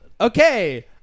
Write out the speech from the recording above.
Okay